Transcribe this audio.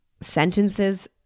sentences